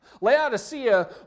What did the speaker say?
Laodicea